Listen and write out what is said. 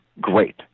great